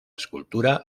escultura